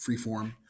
freeform